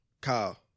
Kyle